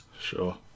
Sure